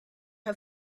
her